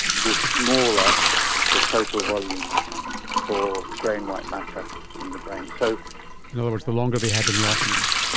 the smaller the total volumes for grey and white matter in the brain. so in other words, the longer they had in the orphanage.